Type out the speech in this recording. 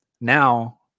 now